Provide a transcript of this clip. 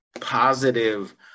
positive